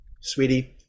Sweetie